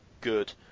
good